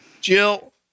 Jill